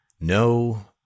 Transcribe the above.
No